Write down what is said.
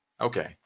Okay